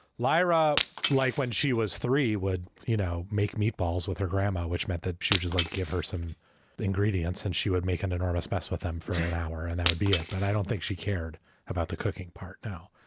lyra, like when she was three would, you know, make meatballs with her grandma, which meant that she would just like give her some ingredients and she would make an enormous mess with them for an hour and that would be it. but i don't think she cared about the cooking cooking part now,